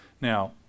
Now